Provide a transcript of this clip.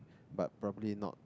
but probably not